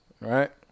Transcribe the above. Right